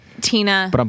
Tina